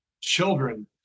children